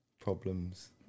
problems